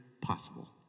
possible